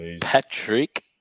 Patrick